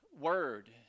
word